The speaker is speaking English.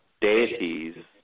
deities